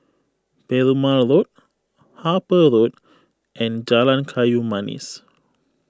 Perumal Road Harper Road and Jalan Kayu Manis